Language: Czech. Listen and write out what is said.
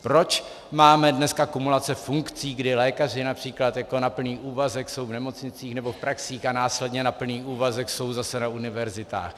Proč máme dneska kumulace funkcí, kdy lékaři například na plný úvazek jsou v nemocnicích nebo v praxích a následně na plný úvazek jsou zase na univerzitách?